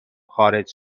خارج